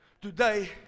Today